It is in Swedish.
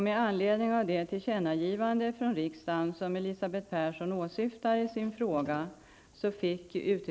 Med anledning av det tillkännagivande från riksdagen som Elisabeth Persson åsyftar i sin fråga (rskr.